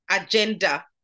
agenda